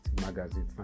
magazine